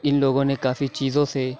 اِن لوگوں نے کافی چیزوں سے